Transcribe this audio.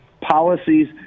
Policies